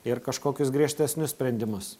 ir kažkokius griežtesnius sprendimus